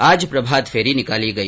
आज प्रभात फेरी निकाली गई